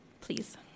please